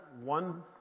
one